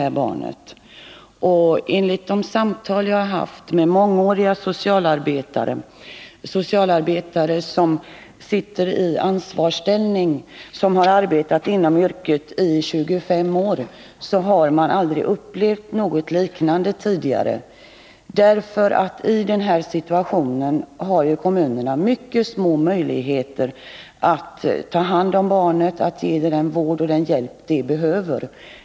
Vid de samtal jag har haft med socialarbetare med mångårig erfarenhet — det är socialarbetare som sitter i ansvarsställning och som har arbetat inom yrket i 25 år — har de sagt att de aldrig tidigare har upplevt någonting liknande. Kommunerna har ju i en sådan här situation mycket små möjligheter att ta hand om ett barn och att ge den vård och hjälp barnet behöver.